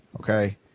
okay